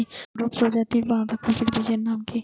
বড় প্রজাতীর বাঁধাকপির বীজের নাম কি?